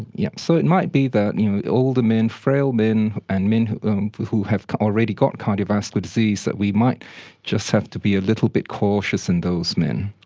yeah so it might be that you know older men, frail men and men who um who have already got cardiovascular disease, that we might just have to be a little bit cautious in those men.